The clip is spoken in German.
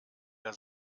der